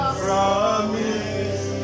promise